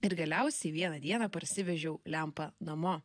ir galiausiai vieną dieną parsivežiau lempą namo